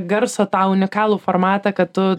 garsą tą unikalų formatą kad tu